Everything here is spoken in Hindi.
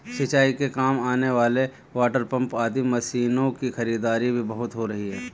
सिंचाई के काम आने वाले वाटरपम्प आदि मशीनों की खरीदारी भी बहुत हो रही है